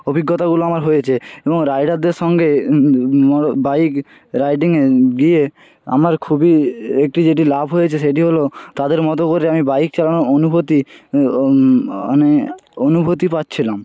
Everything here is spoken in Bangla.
অভিজ্ঞতাগুলো আমার হয়েছে এবং রাইডারদের সঙ্গে বাইক রাইডিংয়ে গিয়ে আমার খুবই একটি যেটি লাভ হয়েছে সেইটি হলো তাদের মতো করে আমি বাইক চালানোর অনুভূতি আমি অনুভূতি পাচ্ছিলাম